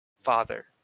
Father